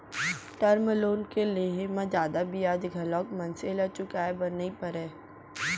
term loan के लेहे म जादा बियाज घलोक मनसे ल चुकाय बर नइ परय